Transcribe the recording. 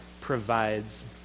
provides